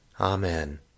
Amen